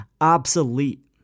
obsolete